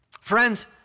Friends